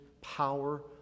power